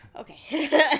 Okay